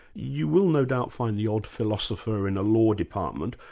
you will no doubt find the odd philosopher in a law department,